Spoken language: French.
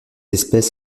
espèce